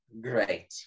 great